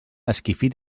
esquifit